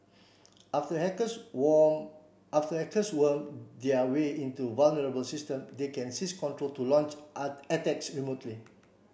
after hackers worm after hackers worm their way into vulnerable systems they can seize control to launch attacks remotely